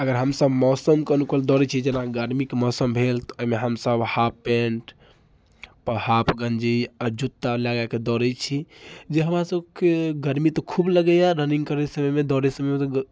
अगर हमसब मौसम कऽ अनुकूल दौड़ैत छी जेना गर्मीके मौसम भेल तऽ एहिमे हमसब हाफ पेन्ट हाफ आ जुत्ता लगाए कऽ दौड़ैत छी जे हमरा सबके गर्मी तऽ खूब लगैए रनिङ्ग करैत समयमे दौड़ैत समयमे